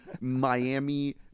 Miami